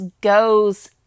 goes